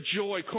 joy